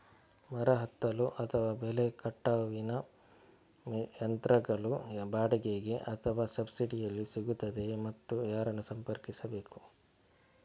ಮರ ಹತ್ತಲು ಅಥವಾ ಬೆಲೆ ಕಟಾವಿನ ಯಂತ್ರಗಳು ಬಾಡಿಗೆಗೆ ಅಥವಾ ಸಬ್ಸಿಡಿಯಲ್ಲಿ ಸಿಗುತ್ತದೆಯೇ ಮತ್ತು ಯಾರನ್ನು ಸಂಪರ್ಕಿಸಬೇಕು?